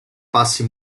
passi